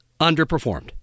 underperformed